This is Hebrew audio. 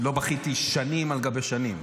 לא בכיתי שנים על גבי שנים.